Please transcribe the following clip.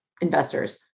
investors